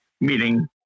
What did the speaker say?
meeting